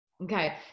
Okay